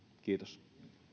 kiitos